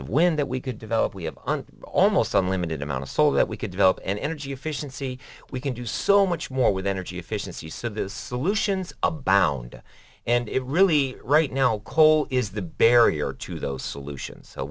of wind that we could develop we have an almost unlimited amount of so that we could develop an energy efficiency we can do so much more with energy efficiency so this solutions abound and it really right now coal is the barrier to those solutions so